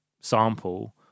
sample